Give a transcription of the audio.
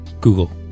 Google